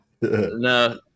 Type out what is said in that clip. No